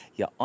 ja